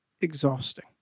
exhausting